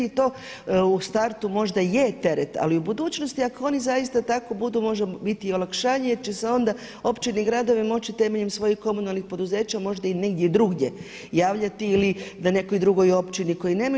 I to u startu možda je teret, ali u budućnosti ako oni zaista tako budu mogu biti olakšanje jer će se onda općine i gradovi moći temeljem svojih komunalnih poduzeća možda i negdje drugdje javljati ili na nekoj drugoj općini koji nemaju.